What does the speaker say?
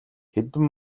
хэдэн